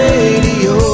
Radio